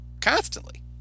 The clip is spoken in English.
constantly